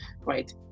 Right